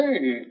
Hey